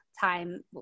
time